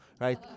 right